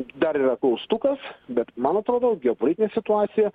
dar yra klaustukas bet man atrodo geopolitinė situacija